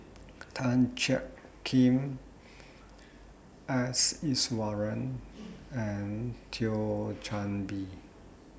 Tan Jiak Kim S Iswaran and Thio Chan Bee